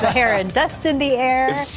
ah air and dust in the air.